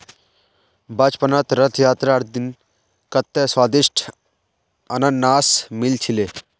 बचपनत रथ यात्रार दिन कत्ते स्वदिष्ट अनन्नास मिल छिले